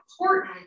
important